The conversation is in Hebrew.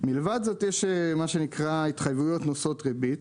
מלבד זאת יש מה שנקרא התחייבויות נושאות ריבית